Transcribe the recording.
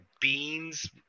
Beans